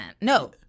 No